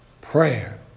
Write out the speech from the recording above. prayer